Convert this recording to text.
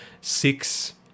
six